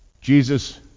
Jesus